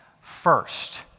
first